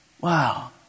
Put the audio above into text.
wow